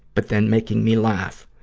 but then making me laugh.